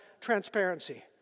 transparency